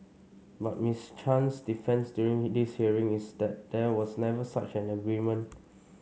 but Miss Chan's defence during this hearing is that there was never such an agreement